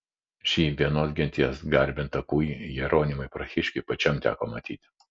šį vienos genties garbintą kūjį jeronimui prahiškiui pačiam teko matyti